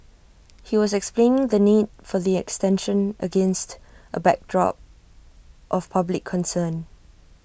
he was explaining the need for the extension against A backdrop of public concern